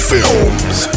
Films